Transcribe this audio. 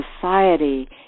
society